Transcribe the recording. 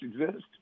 exist